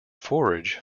forage